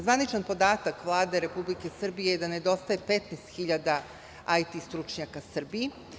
Zvaničan podatak Vlade Republike Srbije je da nedostaje 15.000 IT stručnjaka Srbiji.